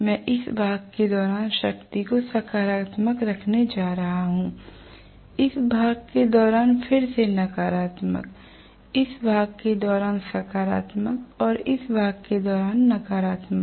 मैं इस भाग के दौरान शक्ति को सकारात्मक रखने जा रहा हूं इस भाग के दौरान फिर से नकारात्मक इस भाग के दौरान सकारात्मक और इस भाग के दौरान नकारात्मक